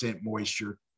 moisture